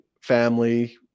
family